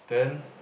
then